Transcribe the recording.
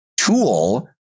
tool